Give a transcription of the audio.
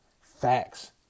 Facts